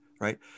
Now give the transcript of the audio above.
right